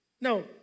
No